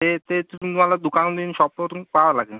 ते ते तुम्हाला दुकान मीन शॉपवर येऊन पाहावे लागेन